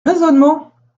raisonnements